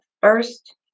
first